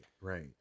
right